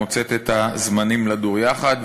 מוצאות את הזמנים לדור יחד,